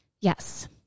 Yes